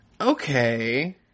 Okay